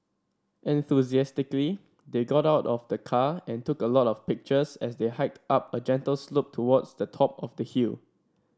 enthusiastically they got out of the car and took a lot of pictures as they hiked up a gentle slope towards the top of the hill